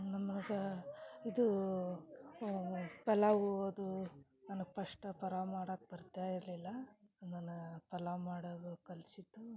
ನಮಗ ಇದು ಪಲಾವು ಅದು ನನಗೆ ಫಷ್ಟ ಪಲಾವು ಮಾಡಕ್ಕೆ ಬರ್ತಾ ಇರಲಿಲ್ಲ ನಾನು ಪಲಾವು ಮಾಡೋದು ಕಲ್ಸಿದ್ದು